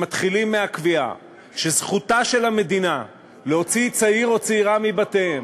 שמתחילים מהקביעה שזכותה של המדינה להוציא צעיר או צעירה מבתיהם